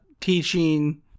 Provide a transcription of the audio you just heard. teaching